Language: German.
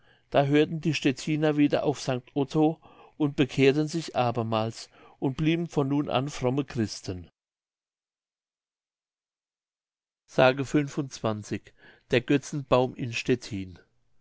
da hörten die stettiner wieder auf st otto und bekehrten sich abermals und blieben von nun an fromme christen kantzow pomerania i s der götzen baum in stettin